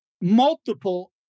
multiple